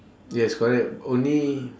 yes correct only